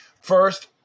First